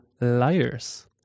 Liars